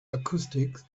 acoustics